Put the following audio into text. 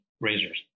razors